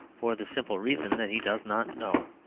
for the simple reason that he does not know.